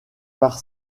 par